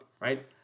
right